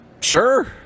sure